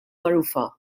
magħrufa